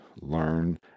learn